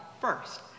first